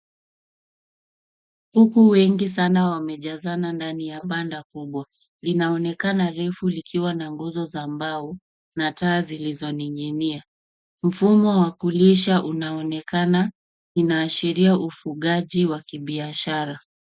Kuku wengi sana wamejazana ndani ya banda kubwa, linaonekana refu likiwa na nguzo za mbao na taa zilizoninginia. Mfumo wa kulisha unaonekana inaashiria ufugaji wa kibiashara.